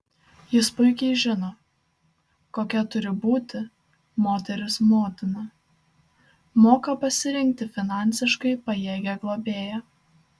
jis puikiai žino kokia turi būti moteris motina moka pasirinkti finansiškai pajėgią globėją